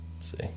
see